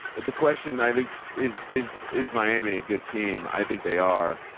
the question i think is is, is miami a good team? i think they are.